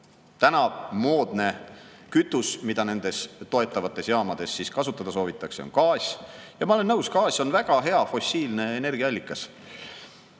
Täna moodne kütus, mida nendes toetavates jaamades kasutada soovitakse, on gaas. Ma olen nõus, gaas on väga hea fossiilne energiaallikas.